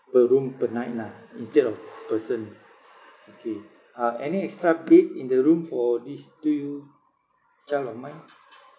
per room per night lah instead of person okay uh any extra bed in the room for these two child of mine